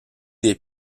des